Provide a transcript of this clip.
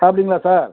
அப்படிங்களா சார்